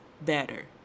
better